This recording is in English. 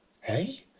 hey